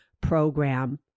program